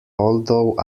although